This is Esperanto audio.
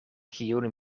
kiun